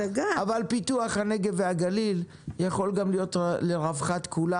אבל פיתוח הנגב והגליל יכול גם להיות לרווחת כולם.